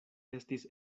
estis